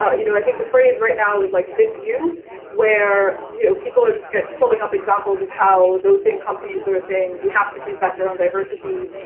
ah you know, i think the phrase right now is like this. you where, you know, people are just pulling up examples of how those same companies that are saying we have to do better on diversity.